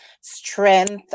strength